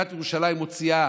עיריית ירושלים מוציאה